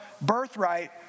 birthright